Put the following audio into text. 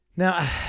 Now